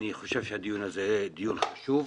אני חושב שהדיון הזה הוא דיון חשוב,